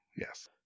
yes